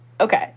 Okay